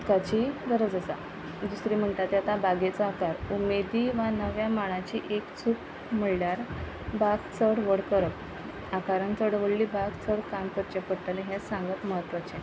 उदकाची गरज आसा दुसरी म्हणटा ते आतां बागेचो आकार उमेदी वा नव्या माळाची एक चूक म्हळ्यार बाग चड व्हड करप आकारान चड व्हडली बाग चड काम करचे पडटले हे सांगत म्हत्वाचें